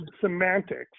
semantics